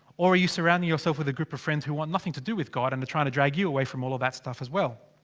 or are you. surrounding yourself with a group of friends who want nothing to do with. god and they're trying to drag you away from all of that stuff as well.